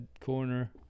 Corner